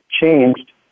changed